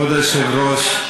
כבוד היושב-ראש,